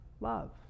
love